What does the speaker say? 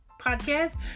podcast